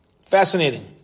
Fascinating